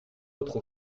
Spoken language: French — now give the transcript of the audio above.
autre